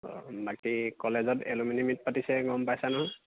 অঁ বাকী কলেজত এলুমিনি মিট পাতিছে গম পাইছা নহয়